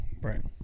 right